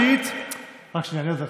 אני עוזר לך.